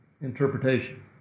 interpretation